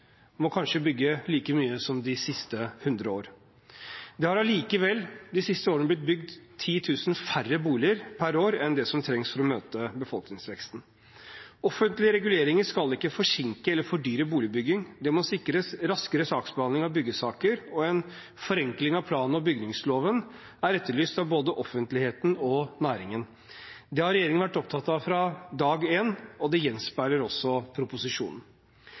må bygge like mye som de siste 100 år. Det har allikevel de siste årene blitt bygd 10 000 færre boliger per år enn det som trengs for å møte befolkningsveksten. Offentlige reguleringer skal ikke forsinke eller fordyre boligbygging. Det må sikres raskere saksbehandling av byggesaker, og en forenkling av plan- og bygningsloven er etterlyst av både offentligheten og næringen. Det har regjeringen vært opptatt av fra dag én, og det gjenspeiler også proposisjonen.